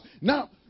now